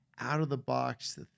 out-of-the-box